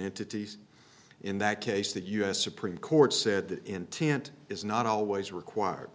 entities in that case the u s supreme court said that intent is not always required